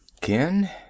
ken